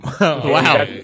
Wow